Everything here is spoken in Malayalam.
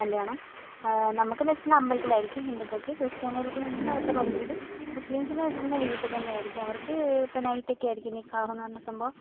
കല്യാണം നമുക്കെന്ന് വെച്ചാൽ അമ്പലത്തിലായിരിക്കും ഹിന്ദുക്കൾക്ക് ക്രിസ്ത്യാനികൾക്ക് എന്നുവെച്ചിട്ടുണ്ടെങ്കിൽ അവരുടെ പള്ളീൽ മുസ്ലിംസിനു വെച്ചിട്ടുണ്ടങ്കിൽ വീട്ടിൽ തന്നെയായിരിക്കും അവർക്ക് ഇപ്പോൾ നൈറ്റ് ഒക്കെ ആയിരിക്കും നിക്കാഹ് എന്ന് പറഞ്ഞ സംഭവം